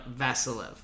Vasilev